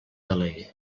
delegue